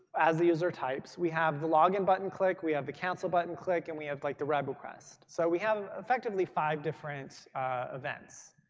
as the user types we have the login button click. we have the cancel button click and we have like the web request. so we have effectively five different events.